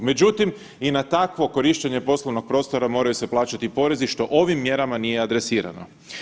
Međutim, i na takvo korištenje poslovnog prostora moraju se plaćati porezi što ovim mjerama nije adresirano.